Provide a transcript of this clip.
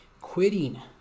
Quitting